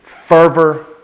fervor